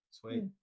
Sweet